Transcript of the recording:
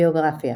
ביוגרפיה